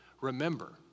Remember